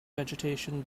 vegetation